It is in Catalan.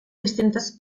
distintes